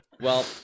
Well-